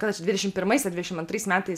kada čia dvidešim pirmais ar dvidešim antrais metais